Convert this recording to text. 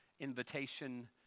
invitation